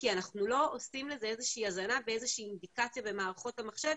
כי אנחנו לא עושים לזה איזושהי הזנה ואיזושהי אינדיקציה במערכות המחשב.